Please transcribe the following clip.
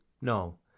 no